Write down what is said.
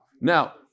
Now